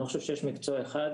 אני לא חושב שיש מקצוע אחד